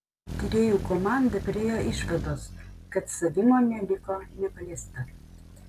tyrėjų komanda priėjo išvados kad savimonė liko nepaliesta